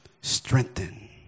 Strengthen